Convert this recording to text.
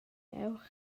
ewch